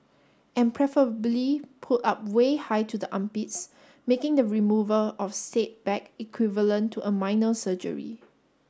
and preferably pulled up way high to the armpits making the removal of said bag equivalent to a minor surgery